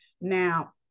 Now